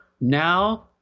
now